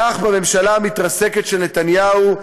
כך בממשלה המתרסקת של נתניהו,